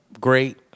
great